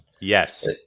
yes